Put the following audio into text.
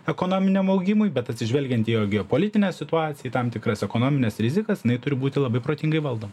ekonominiam augimui bet atsižvelgiant į geopolitinę situaciją į tam tikras ekonomines rizikas jinai turi būti labai protingai valdoma